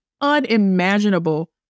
unimaginable